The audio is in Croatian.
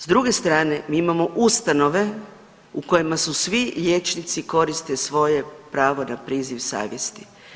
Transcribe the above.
S druge strane mi imamo ustanove u kojima su svi liječnici koriste svoje pravo na priziv savjesti.